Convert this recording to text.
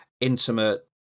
intimate